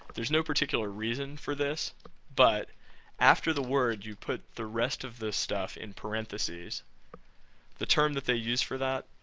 there's no particular reason for this but after the word, you put the rest of the stuff in parenthesis the term that they use for that,